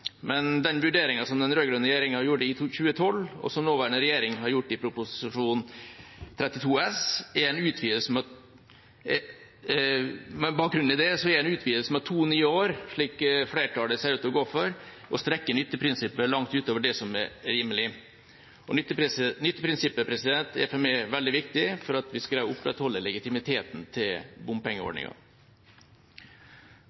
men med bakgrunn i den vurderinga som den rød-grønne regjeringa gjorde i 2012, og som nåværende regjering har gjort i Prop. 32 S, er en utvidelse med to nye år, slik flertallet ser ut til å gå for, å strekke nytteprinsippet langt utover det som er rimelig, og nytteprinsippet er for meg veldig viktig for at vi skal opprettholde legitimiteten til